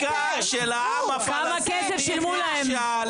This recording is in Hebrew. ניסיון המחיקה של העם הפלסטיני נכשל.